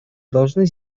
должны